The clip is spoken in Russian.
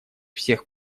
всех